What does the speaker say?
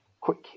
quick